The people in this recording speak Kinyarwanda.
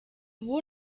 ubu